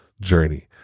journey